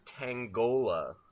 Tangola